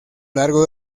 largo